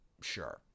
Sure